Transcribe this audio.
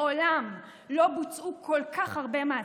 מעולם לא בוצעו כל כך הרבה מעצרים.